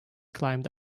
climbed